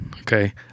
Okay